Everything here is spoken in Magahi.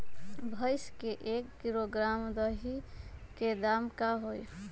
भैस के एक किलोग्राम दही के दाम का होई?